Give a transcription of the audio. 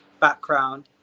background